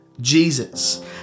jesus